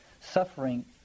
suffering